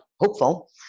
hopeful